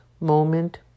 moment